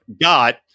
got